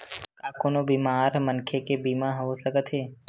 का कोनो बीमार मनखे के बीमा हो सकत हे?